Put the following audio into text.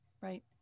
right